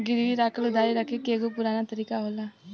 गिरवी राखल उधारी रखे के एगो पुरान तरीका होला